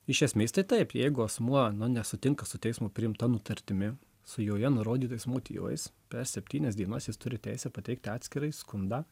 iš esmės tai taip jeigu asmuo na nesutinka su teismo priimta nutartimi su joje nurodytais motyvais per septynias dienas jis turi teisę pateikti atskirąjį skundą